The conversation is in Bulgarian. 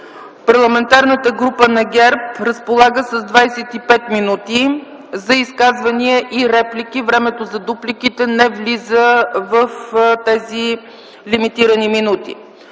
парламентарната група на ГЕРБ разполага с 25 мин. за изказвания и реплики. Времето за дуплики не влиза в тези лимитирани минути.